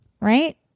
right